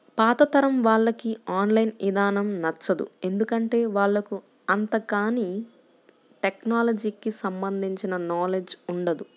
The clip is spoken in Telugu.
పాతతరం వాళ్లకి ఆన్ లైన్ ఇదానం నచ్చదు, ఎందుకంటే వాళ్లకు అంతగాని టెక్నలజీకి సంబంధించిన నాలెడ్జ్ ఉండదు